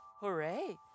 hooray